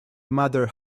mother